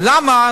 ולמה,